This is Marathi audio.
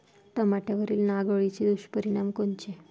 टमाट्यावरील नाग अळीचे दुष्परिणाम कोनचे?